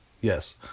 Yes